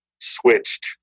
switched